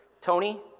Tony